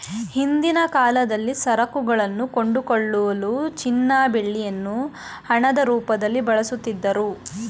ಹಿಂದಿನ ಕಾಲದಲ್ಲಿ ಸರಕುಗಳನ್ನು ಕೊಂಡುಕೊಳ್ಳಲು ಚಿನ್ನ ಬೆಳ್ಳಿಯನ್ನು ಹಣದ ರೂಪದಲ್ಲಿ ಬಳಸುತ್ತಿದ್ದರು